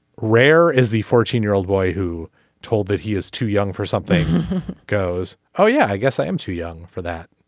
rare is the fourteen year old boy who told that he is too young for something goes. oh yeah. i guess i am too young for that.